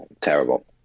terrible